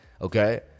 Okay